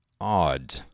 odd